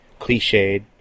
cliched